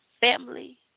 family